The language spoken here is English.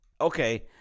Okay